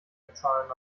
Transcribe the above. bezahlen